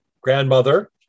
grandmother